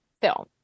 film